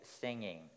singing